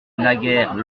naguère